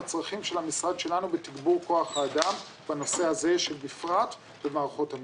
הצרכים של המשרד שלנו בתגבור כוח האדם בנושא הזה בפרט במערכות המחשוב.